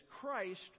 Christ